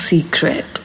Secret